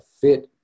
fit